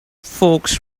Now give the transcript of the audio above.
folks